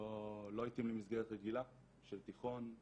לא התאימה לי מסגרת רגילה של תיכון,